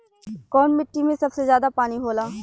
कौन मिट्टी मे सबसे ज्यादा पानी होला?